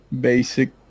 Basic